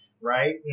Right